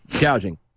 gouging